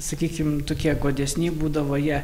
sakykim tokie godesni būdavo jie